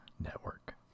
Network